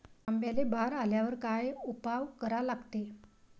आंब्याले बार आल्यावर काय उपाव करा लागते?